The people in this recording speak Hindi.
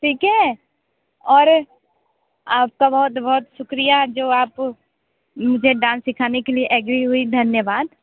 ठीक है और आपका बहुत बहुत शुक्रिया जो आप मुझे डांस सीखाने के लिए एग्री हुई धन्यवाद